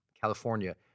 California